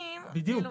הנאשמים -- בדיוק,